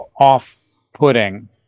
off-putting